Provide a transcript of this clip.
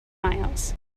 miles